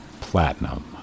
Platinum